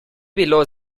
bilo